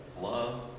love